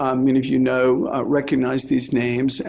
um i mean if you know, recognize these names, and